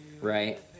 right